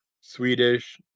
Swedish